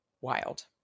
wild